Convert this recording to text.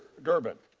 durbin.